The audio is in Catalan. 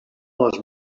les